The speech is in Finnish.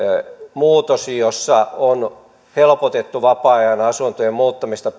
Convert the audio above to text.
muutos jossa on helpotettu vapaa ajanasuntojen muuttamista